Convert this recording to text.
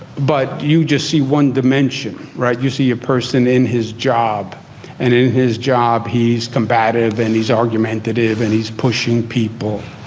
but you just see one dimension, right? you see a person in his job and in his job. he's combative and he's argumentative and he's pushing people.